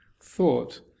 thought